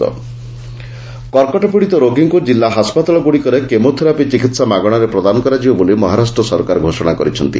ମହା କ୍ୟାନ୍ସର୍ କର୍କଟ ପୀଡ଼ିତ ରୋଗୀଙ୍କୁ ଜିଲ୍ଲା ହାସ୍ପାତାଳଗୁଡ଼ିକରେ କେମୋଥେରାପି ଚିକିତ୍ସା ମାଗଣାରେ ପ୍ରଦାନ କରାଯିବ ବୋଲି ମହାରାଷ୍ଟ୍ର ସରକାର ଘୋଷଣା କରିଛନ୍ତି